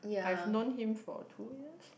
I have known him for two years